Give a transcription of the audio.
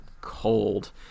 cold